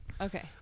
Okay